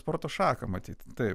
sporto šaką matyt taip